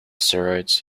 steroids